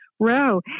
Row